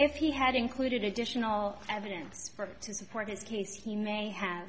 if he had included additional evidence to support his case he may have